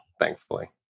thankfully